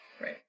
Right